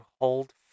hold